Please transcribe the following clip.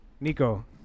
Nico